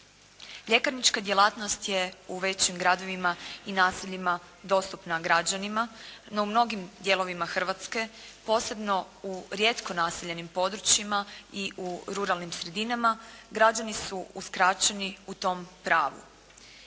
Ljekarnička djelatnost je u većim gradovima i naseljima dostupna građanima, no u mnogim dijelovima Hrvatske posebno u rijetko naseljenim područjima i u ruralnim sredinama građani su uskraćeni u tom pravu.